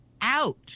out